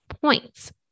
points